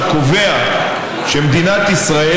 שקובע כי מדינת ישראל,